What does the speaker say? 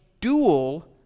dual